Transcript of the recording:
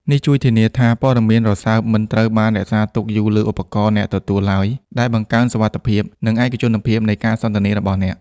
នេះជួយ ធានាថាព័ត៌មានរសើបមិនត្រូវបានរក្សាទុកយូរលើឧបករណ៍អ្នកទទួលឡើយ ដែលបង្កើនសុវត្ថិភាព និងឯកជនភាពនៃការសន្ទនារបស់អ្នក។